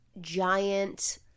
giant